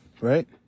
Right